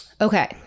okay